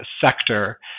sector